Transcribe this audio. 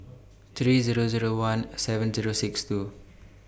three Zero Zero one seven Zero six two